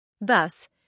Thus